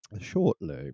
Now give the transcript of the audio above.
shortly